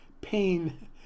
pain